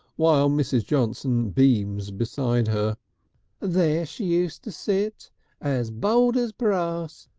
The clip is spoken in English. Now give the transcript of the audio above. while mrs. johnson beams beside her there she used to sit as bold as brass,